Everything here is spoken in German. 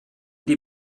die